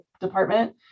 department